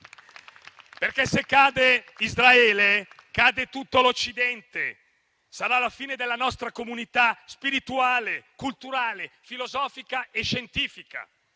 Se cade Israele, cade tutto l'Occidente e sarà la fine della nostra comunità spirituale, culturale, filosofica e scientifica.